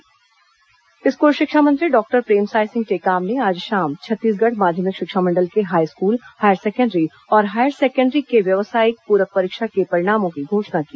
पूरक परीक्षा परिणाम स्कूल शिक्षा मंत्री डॉक्टर प्रेमसाय सिंह टेकाम ने आज शाम छत्तीसगढ़ माध्यमिक शिक्षा मण्डल के हाईस्कूल हायर सेकण्डरी और हायचर सेकण्डरी व्यावसायिक पूरक परीक्षा के परिणामों की घोषणा की